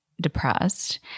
depressed